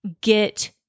get